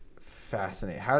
Fascinating